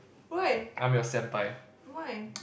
why why